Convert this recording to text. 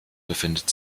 befindet